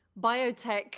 biotech